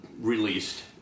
released